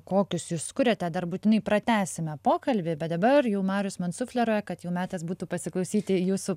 kokius jūs kuriate dar būtinai pratęsime pokalbį bet dabar jau marius man sufleruoja kad jau metas būtų pasiklausyti jūsų